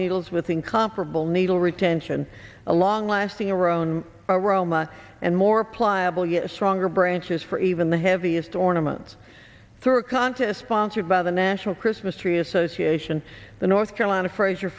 needles with incomparable needle retention a long lasting arone aroma and more pliable you stronger branches for even the heaviest ornaments through a contest sponsored by the national christmas tree association the north carolina fraser